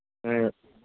ꯑ